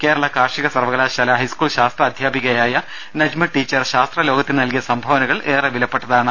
കേരള കാർഷിക സർവ്വകലാശാല ഹൈസ്കൂൾ ശാസ്ത്ര അധ്യാപികയായ നജ്മ ടീച്ചർ ശാസ്ത്ര ലോകത്തിന് നൽകിയ സംഭാവനകൾ ഏറെ വിലപ്പെട്ടതാണ്